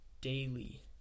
daily